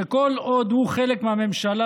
שכל עוד הוא חלק מהממשלה,